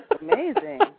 amazing